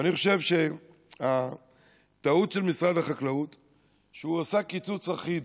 אני חושב שהטעות של משרד החקלאות היא שהוא עשה קיצוץ אחיד.